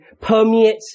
permeates